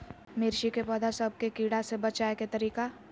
मिर्ची के पौधा सब के कीड़ा से बचाय के तरीका?